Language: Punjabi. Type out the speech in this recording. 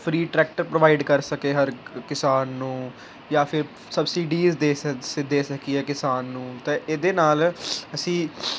ਫਰੀ ਟਰੈਕਟਰ ਪ੍ਰੋਵਾਈਡ ਕਰ ਸਕੇ ਹਰ ਕਿਸਾਨ ਨੂੰ ਜਾਂ ਫਿਰ ਸਬਸਿਡੀਜ ਏ ਦੇ ਸ ਦੇ ਸਕੀਏ ਕਿਸਾਨ ਨੂੰ ਤਾਂ ਇਹਦੇ ਨਾਲ ਅਸੀਂ